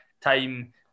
time